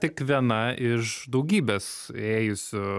tik viena iš daugybės ėjusių